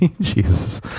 Jesus